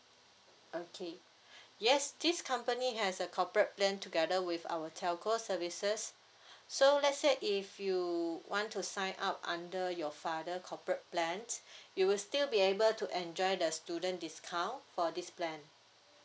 okay yes this company has a corporate plan together with our telco services so let's say if you want to sign up under your father corporate plans you will still be able to enjoy the student discount for this plan